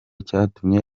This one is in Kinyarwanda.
cyatumye